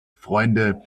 freunde